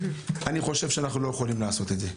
אני חושב שאנחנו לא יכולים לעשות את זה.